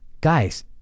Guys